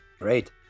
Great